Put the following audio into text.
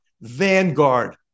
Vanguard